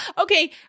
Okay